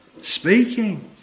speaking